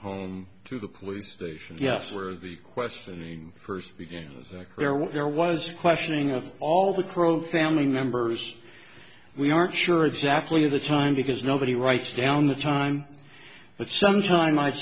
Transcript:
home to the police station yes where the questioning first began as a clear what there was questioning of all the crow family members we aren't sure exactly of the time because nobody writes down the time but sometime i